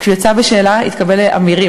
כשהוא יצא בשאלה הוא התקבל ל"אמירים".